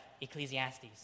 Ecclesiastes